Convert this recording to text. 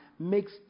makes